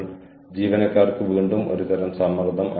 നോക്കൂ ഞാൻ ഒരു ശൂന്യമായ ക്ലാസ്റൂമിനോടാണ് സംസാരിക്കുന്നത്